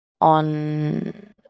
on